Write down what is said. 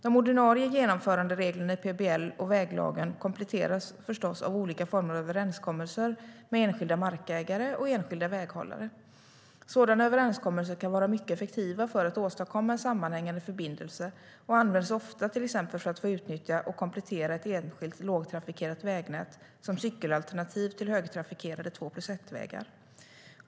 De ordinarie genomförandereglerna i PBL och väglagen kompletteras förstås av olika former av överenskommelser med enskilda markägare och enskilda väghållare. Sådana överenskommelser kan vara mycket effektiva för att åstadkomma en sammanhängande förbindelse och används ofta till exempel för att få utnyttja och komplettera ett enskilt lågtrafikerat vägnät, som cykelalternativ till högtrafikerade två-plus-ett-vägar.